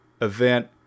event